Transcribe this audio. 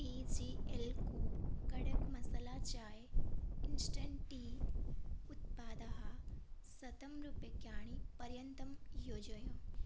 T G L को कडक् मसाला चाय् इन्स्टण्ट् टी उत्पादं शतरूप्यकाणि पर्यन्तं योजय